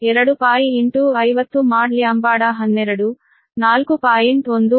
ಆದ್ದರಿಂದ ω2πf2π50 mode λ12 4